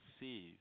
receive